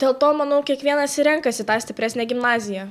dėl to manau kiekvienas ir renkasi tą stipresnę gimnaziją